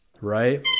right